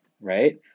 right